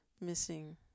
missing